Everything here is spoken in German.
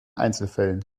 einzelfällen